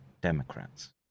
Democrats